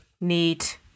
Neat